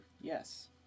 Yes